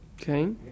Okay